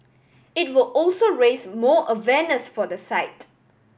it will also raise more awareness for the site